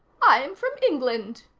i'm from england.